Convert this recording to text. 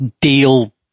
deal